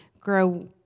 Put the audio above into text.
grow